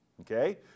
Okay